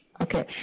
Okay